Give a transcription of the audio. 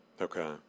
Okay